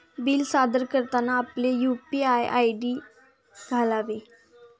bill सादर करताना आपले यू.पी.आय आय.डी घालावे